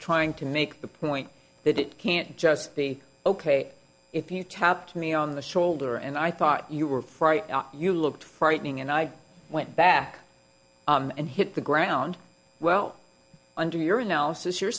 trying to make the point that it can't just be ok if you tapped me on the shoulder and i thought you were right you look frightening and i went back and hit the ground well under your analysis you're